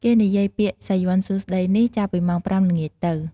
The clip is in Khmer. គេនិយាយពាក្យសាយ័ន្តសួស្តីនេះ ចាប់ពីម៉ោង៥ល្ងាចទៅ។